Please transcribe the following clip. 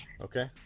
okay